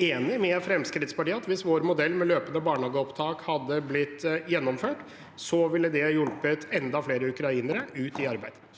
enig med Fremskrittspartiet i at hvis vår modell med løpende barnehageopptak hadde blitt gjennomført, ville det ha hjulpet enda flere ukrainere ut i arbeid?